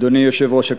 אדוני היושב-ראש,